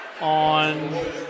on